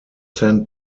sent